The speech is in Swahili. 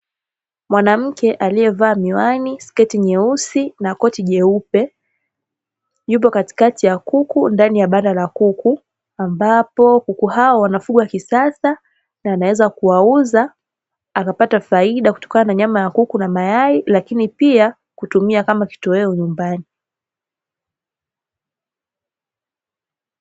Mwanamke aliyevaa miwani, sketi nyeusi na koti jeupe; yupo katikati ya kuku ndani ya banda la kuku, ambapo kuku hao wanafugwa kisasa na anaweza kuwauza akapata faida kutokana na nyama ya kuku na mayai, lakini pia kutumia kama kitoweo nyumbani.